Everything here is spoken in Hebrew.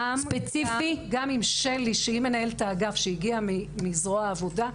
גם עם שלי, שהיא מנהלת האגף שהגיעה מזרוע עבודה.